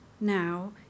now